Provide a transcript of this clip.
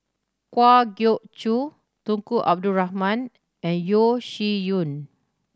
Kwa Geok Choo Tunku Abdul Rahman and Yeo Shih Yun